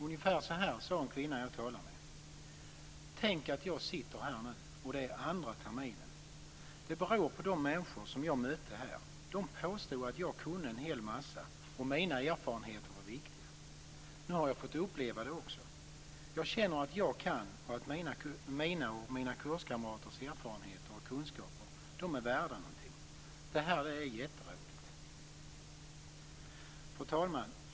Ungefär så här sade en kvinna jag talade med: Tänk att jag sitter här nu och det är andra terminen! Det beror på de människor som jag mötte här. De påstod att jag kunde en hel massa och att mina erfarenheter var viktiga. Nu har jag fått uppleva det också. Jag känner att jag kan och att mina och mina kurskamraters erfarenheter och kunskaper är värda någonting. Det här är jätteroligt. Fru talman!